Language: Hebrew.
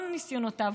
כל ניסיונותיו,